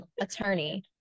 attorney